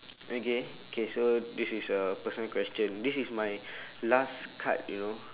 okay K so this is a personal question this is my last card you know